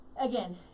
again